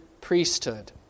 priesthood